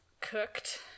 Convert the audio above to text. cooked